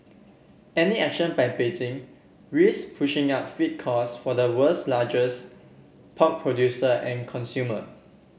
any action by Beijing risk pushing up feed costs for the world's largest pork producer and consumer